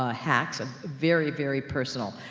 ah hacks of very, very personal,